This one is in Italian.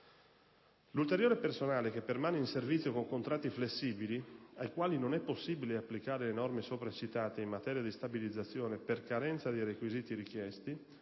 L'ulteriore personale che permane in servizio con contratti flessibili, ai quali non è possibile applicare le norme sopra citate in materia di stabilizzazione, per carenza dei requisiti richiesti,